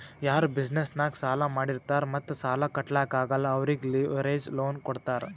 ಯಾರು ಬಿಸಿನೆಸ್ ನಾಗ್ ಸಾಲಾ ಮಾಡಿರ್ತಾರ್ ಮತ್ತ ಸಾಲಾ ಕಟ್ಲಾಕ್ ಆಗಲ್ಲ ಅವ್ರಿಗೆ ಲಿವರೇಜ್ ಲೋನ್ ಕೊಡ್ತಾರ್